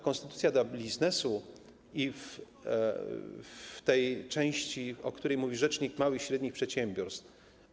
Konstytucja dla biznesu w tej części, o której mówi rzecznik małych i średnich przedsiębiorców.